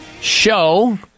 show